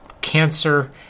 cancer